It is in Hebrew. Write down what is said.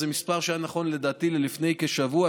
זה מספר שהיה נכון לדעתי לפני כשבוע,